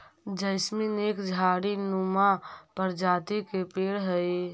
jasmine एक झाड़ी नुमा प्रजाति के पेड़ हई